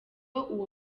uwo